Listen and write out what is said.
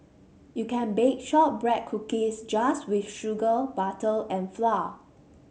you can bake shortbread cookies just with sugar butter and flour